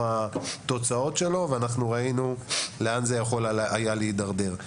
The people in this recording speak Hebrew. התוצאות שלו וראינו לאן זה יכול היה להידרדר.